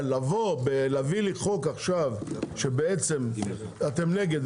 אבל להביא לי חוק עכשיו כשבעצם אתם נגד,